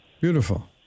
Beautiful